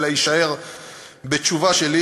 אלא יישאר בתשובה שלי.